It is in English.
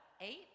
Eight